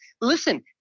Listen